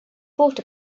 thought